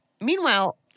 Meanwhile